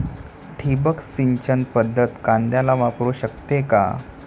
ठिबक सिंचन पद्धत कांद्याला वापरू शकते का?